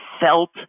felt